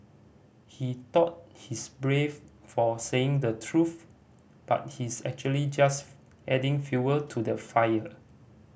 he thought he's brave for saying the truth but he's actually just adding fuel to the fire